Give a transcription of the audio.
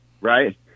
right